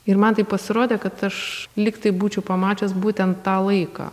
ir man taip pasirodė kad aš lygtai būčiau pamatęs būtent tą laiką